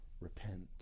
Repent